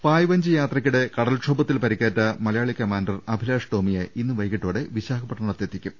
പായ്വഞ്ചി യാത്രക്കിടെ കടൽക്ഷോഭത്തിൽ പരിക്കേറ്റ മലയാളി കമാന്റർ അഭിലാഷ് ടോമിയെ ഇന്ന് വൈകീട്ടോടെ വിശാഖപ്പട്ടണത്ത് എത്തിക്കും